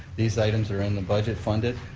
these items are in the budget, funded.